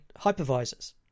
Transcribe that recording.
hypervisors